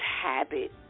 habit